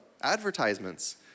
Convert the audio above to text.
advertisements